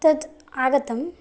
तत् आगतम्